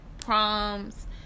proms